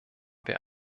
wir